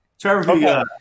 Trevor